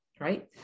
right